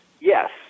yes